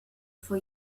for